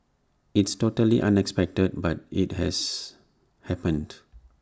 it's totally unexpected but IT has happened